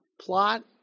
plot